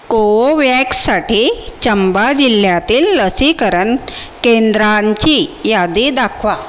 कोवोव्हॅक्ससाठी चंबा जिल्ह्यातील लसीकरण केंद्रांची यादी दाखवा